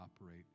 operate